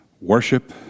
worship